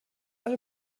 alle